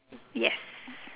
yes